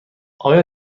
آیا